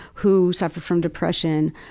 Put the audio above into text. who suffer from depression.